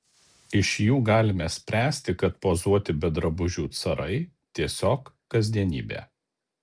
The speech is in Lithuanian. iš jų galime spręsti kad pozuoti be drabužių carai tiesiog kasdienybė